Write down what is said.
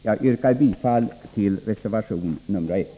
Jag yrkar bifall till reservation nr 1.